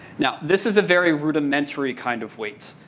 now, this is a very rudimentary kind of wait.